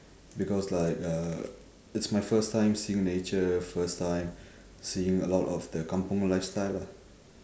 because like uh it's my first time seeing nature first time seeing a lot of the kampung lifestyle lah